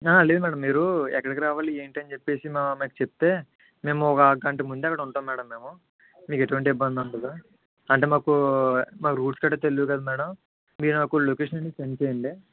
లేదు మ్యాడం మీరు ఎక్కడికి రావాలి ఏంటి అని చెప్పేసి మీరు చెప్తే మేము గంట ముందే అక్కడ ఉంటాం మ్యాడం మేము మీకు ఎటువంటి ఇబ్బంది ఉండదు అంటే మాకు మాకు రూట్స్ గత్రా తెలియదు కదా మ్యాడం మీరు నాకు లొకేషన్ సెండ్ చేయండి